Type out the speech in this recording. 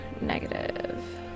negative